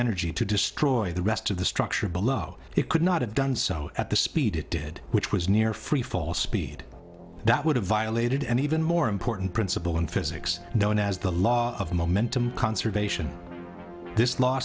energy to destroy the rest of the structure below it could not have done so at the speed it did which was near free fall speed that would have violated any even more important principle in physics known as the law of momentum conservation this law